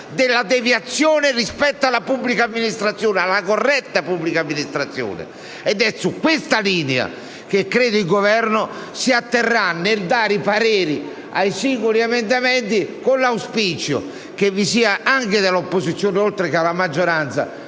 della deviazione rispetto alla corretta pubblica amministrazione. Ed è su questa linea che credo il Governo si atterrà nel dare i pareri ai singoli emendamenti, con l'auspicio che vi sia anche dall'opposizione, oltre che dalla maggioranza,